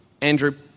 Andrew